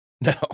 No